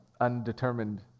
undetermined